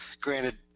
Granted